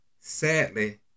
Sadly